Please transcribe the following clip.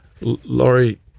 Laurie